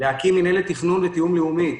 להקים מינהלת תכנון ותיאום לאומית